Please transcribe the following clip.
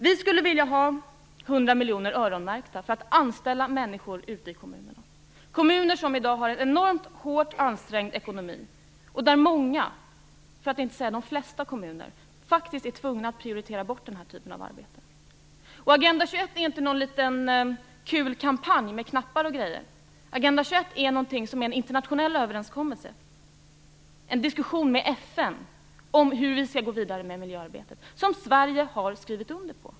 Vi skulle vilja att 100 miljoner öronmärktes, så att man kunde anställa människor ute i kommunerna. Kommunerna har i dag en hårt ansträngd ekonomi. Många, för att inte säga de flesta, är tvungna att välja bort denna typ av arbete. Agenda 21 är inte en kul kampanj med knappar. Agenda 21 är en internationell överenskommelse och en diskussion med FN om hur vi skall gå vidare med miljöarbetet som Sverige har skrivit under.